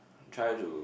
try to